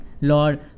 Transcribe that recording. lord